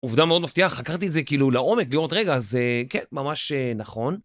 עובדה מאוד מפתיעה, חקרתי את זה כאילו לעומק, לראות רגע, זה כן, ממש נכון.